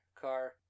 car